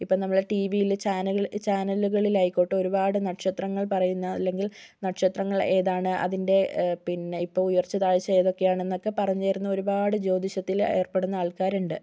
ഇപ്പം നമ്മളുടെ ടി വിയിൽ ചാനൽ ചാനലുകളിലായിക്കോട്ടെ ഒരുപാട് നക്ഷത്രങ്ങൾ പറയുന്ന അല്ലെങ്കിൽ നക്ഷത്രങ്ങൾ ഏതാണ് അതിൻ്റെ പിന്നെ ഇപ്പം ഉയർച്ച താഴ്ച ഏതൊക്കെ ആണെന്നൊക്കെ പറഞ്ഞ് തരുന്ന ഒരുപാട് ജ്യോതിഷത്തിൽ ഏർപ്പെടുന്ന ആൾക്കാരുണ്ട്